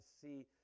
see